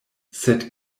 sed